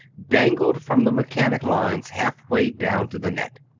dangled from the mechanic lines half-way down to the net.